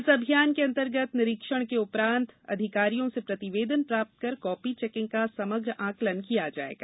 इस अभियान के अंतर्गत निरीक्षण के उपरान्त अधिकारियों से प्रतिवेदन प्राप्त कर कापी चेकिंग का समग्र आंकलन किया जायेगा